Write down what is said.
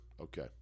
Okay